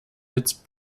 its